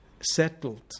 settled